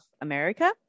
america